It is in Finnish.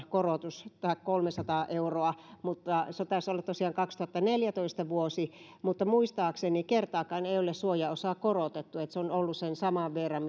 korotus tämä kolmesataa euroa vuosi taisi olla tosiaan kaksituhattaneljätoista mutta muistaakseni kertaakaan ei ole suojaosaa korotettu se on ollut sen saman verran